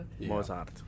Mozart